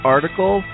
Article